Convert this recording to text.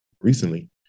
recently